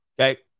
okay